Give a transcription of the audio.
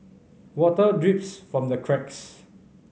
water drips from the cracks